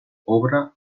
obra